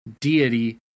deity